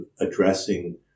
addressing